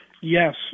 Yes